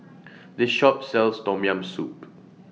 The Shop sells Tom Yam Soup